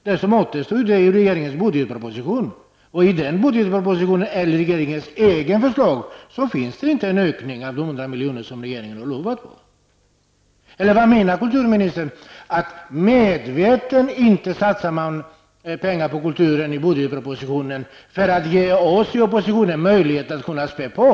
Det som återstod då vore regeringens budgetproposition, och i den budgetpropositionen finns inte den ökning med 100 miljoner som regeringen har utlovat. Eller menar kulturministern att man i budgetpropositionen medvetet inte satsar pengar på kulturen för att ge oss i oppositionen möjlighet att kunna spä på?